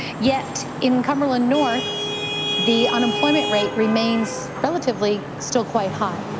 yet in cumberland north the unemployment rate remains relatively still quite high.